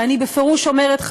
ואני בפירוש אומרת,